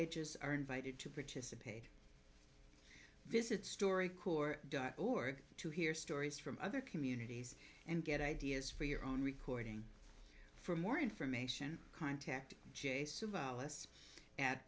ages are invited to participate visit story corps or to hear stories from other communities and get ideas for your own reporting for more information contact